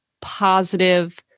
positive